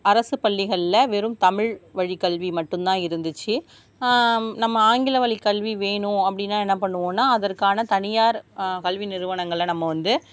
அரசு பள்ளிகளில் வெறும் தமிழ் வழி கல்வி மட்டும் தான் இருந்துச்சு நம்ம ஆங்கில வழி கல்வி வேணும் அப்படினா என்ன பண்ணுவோன்னால் அதற்கான தனியார் கல்வி நிறுவனங்களை நம்ம வந்து